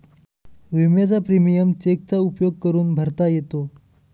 विम्याचा प्रीमियम चेकचा उपयोग करून भरता येतो